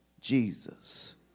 Jesus